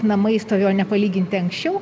namai stovėjo nepalyginti anksčiau